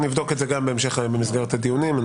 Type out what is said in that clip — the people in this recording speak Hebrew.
נבדוק את זה גם במסגרת הדיונים.